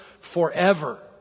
forever